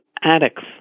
addicts